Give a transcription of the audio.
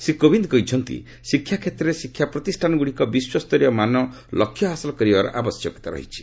ଶ୍ରୀ କୋବିନ୍ଦ କହିଛନ୍ତି ଶିକ୍ଷା କ୍ଷେତ୍ରରେ ଶିକ୍ଷା ପ୍ରତିଷ୍ଠାନଗୁଡ଼ିକ ବିଶ୍ୱସ୍ତରୀୟ ମାନ ଲକ୍ଷ୍ୟ ହାସଲ କରିବାର ଆବଶ୍ୟକତା ରହିଛି